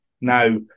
Now